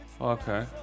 Okay